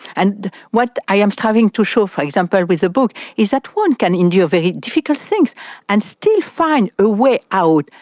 and what i am striving to show, for example, with the book, is that one can endure very difficult things and still find a way out.